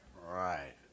Right